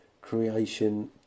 creation